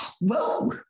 whoa